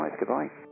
goodbye